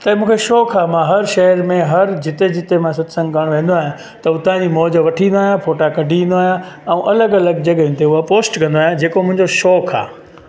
त इहो मूंखे शौक़ु आहे मां हर शहिर में जिते जिते मां सत्संग करण वेंदो आहियां त हुतांजी मौज वठी ईंदो आहियां उतां जा फोटा कढी ईंदो आहियां ऐं अलॻि अलॻि जॻहयुनि ते उहो पोष्ट कंदो आहियां जेको मुंहिंजो शौक़ु आहे